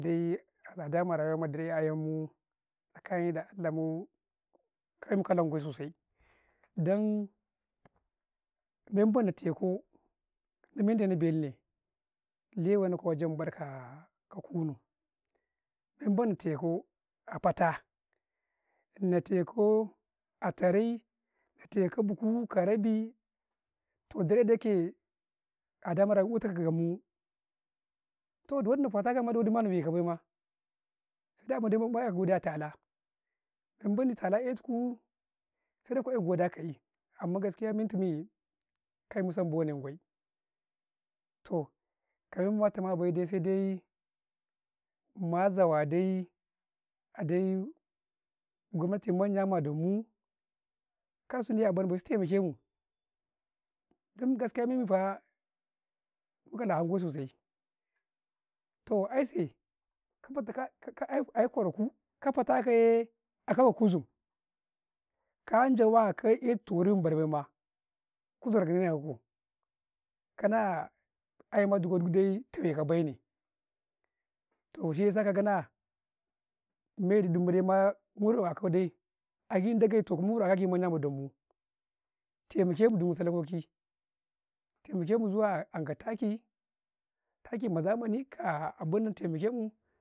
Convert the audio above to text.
﻿Dayye atsada ma rayuwa ma daryee tsakani da allah mu, kai mukalan ნ au sosai. Dan man bee na tankuu, ni mendee nnau belune, lewee nau kuwa wajen bakka ka kuunu, man may na taikauu a fataa, na teekau a terey, na teekau buhu karabii, toh dar 'yee kee, adamara uwata ka gamey mu, to dawadima na fatakau, dawadima na wey kabayma, daman ma'a' yakaw godiya ka ta'aala, dan mandii tala'etukuu, sai dai ku'ee godiya ka ka'i amman gaskiya metumu kai musan bane gambai, toh ka man matamobe dee, sai dai ma zawa dai, adai gwannali ma manya madumuu, kashilyaa abai -bai su taimakemu, dan gaskiya me'ifaa, mukala fau sosai. toh ai-sai kafatika-ka ai'sai kwara kuu, ka fatayee, a'kay kuzum, kan jawa ka 'yetu torii mabarbaima, kuzarka miyaku? kanaa ayema dugo duk dai, tune kau bai nee, to shi yasaka kanaa, me dudum mudai, mura3a kadai, agindagye toh gira kau agi, manya ma dammu, taimake mu mutalakokii, taimakemu zuwa anka taki, taki ma zamani kaa abunnan tai makemu.